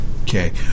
Okay